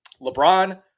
LeBron